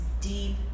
deep